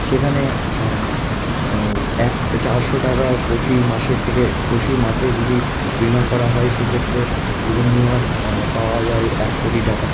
সেখানে এক চারশো টাকা প্রতি মাসে থেকে প্রতি মাসে যদি বিমা করা হয় সে ক্ষেত্রে জীবন বিমার পাওয়া যায় এক কোটি টাকা